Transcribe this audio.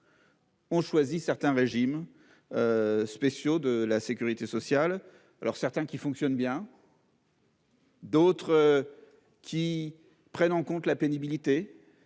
On choisit certains régimes. Spéciaux de la sécurité sociale. Alors certains qui fonctionne bien. D'autres. Qui prennent en compte la pénibilité,